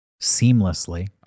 seamlessly